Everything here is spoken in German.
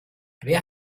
wer